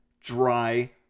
dry